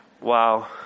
Wow